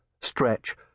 Stretch